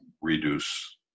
reduce